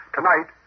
Tonight